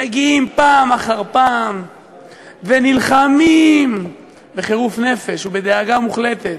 מגיעים פעם אחר פעם ונלחמים בחירוף נפש ובדאגה מוחלטת,